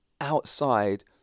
outside